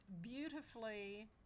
Beautifully